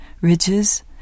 ridges